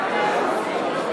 מודיעיני,